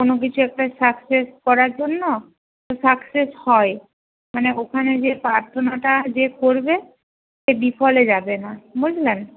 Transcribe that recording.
কোনো কিছু একটা সাকসেস করার জন্য তো সাকসেস হয় মানে ওখানে যে প্রার্থনাটা যে করবে সে বিফলে যাবে না বুঝলেন